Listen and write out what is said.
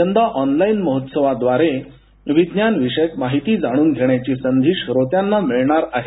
यंदा ऑनलाइन महोत्सवाव्दारे विज्ञान विषयक माहिती जाणून घेण्याची संधी श्रोत्यांना मिळणार आहे